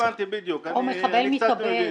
הבנתי בדיוק, אני קצת מבין.